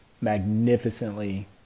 magnificently